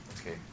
okay